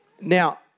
Now